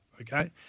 okay